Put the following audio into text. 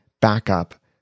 backup